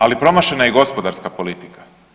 Ali promašena je i gospodarska politika.